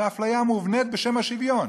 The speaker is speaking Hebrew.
זאת אפליה מובנית בשם השוויון,